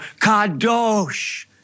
kadosh